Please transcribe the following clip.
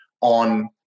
on